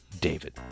David